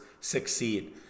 succeed